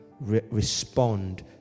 respond